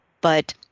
But-